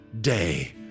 Day